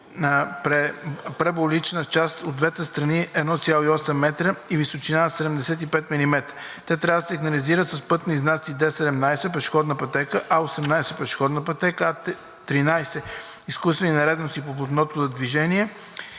м, параболична част от двете страни 1.80 м и височина 75 мм. Те трябва да се сигнализират с пътни знаци Д17 „Пешеходна пътека“, А18 „Пешеходна пътека“, А13 „Изкуствени неравности по платното за движение“